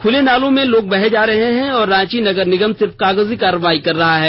खुले नालों में लोग बह जा रहे हैं और रांची निगम सिर्फ कागजी कार्यवाही ही कर रहा है